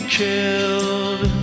killed